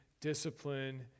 discipline